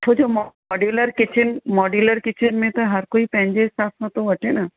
छो जो मो मोडयुलर किचन मोडयुलर किचन में त हर कोई पंहिंजे हिसाब सां थो वठे न